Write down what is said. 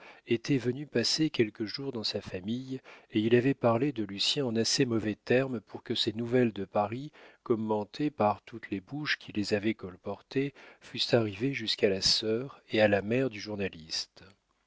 était venu passer quelques jours dans sa famille et il avait parlé de lucien en assez mauvais termes pour que ces nouvelles de paris commentées par toutes les bouches qui les avaient colportées fussent arrivées jusqu'à la sœur et à la mère du journaliste